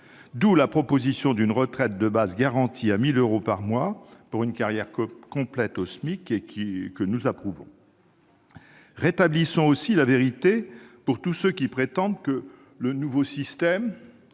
ainsi la proposition d'une retraite de base garantie à 1 000 euros par mois pour une carrière complète au SMIC. Rétablissons aussi la vérité pour tous ceux qui prétendent que le nouveau système